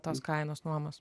tos kainos nuomos